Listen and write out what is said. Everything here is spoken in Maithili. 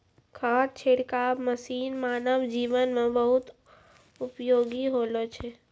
खाद छिड़काव मसीन मानव जीवन म बहुत उपयोगी होलो छै